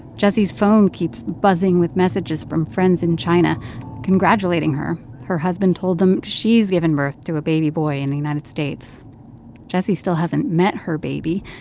jessie's phone keeps buzzing with messages from friends in china congratulating her. her husband told them she's given birth to a baby boy in the united states jessie still hasn't met her baby,